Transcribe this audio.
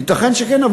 ייתכן שכן,